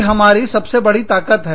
और यही हमारी सबसे बड़ी ताकत है